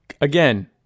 Again